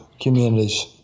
communities